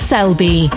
Selby